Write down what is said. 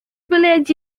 village